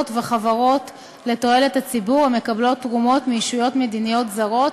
וחברות לתועלת הציבור המקבלות תרומות מישויות מדיניות זרות,